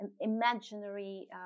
imaginary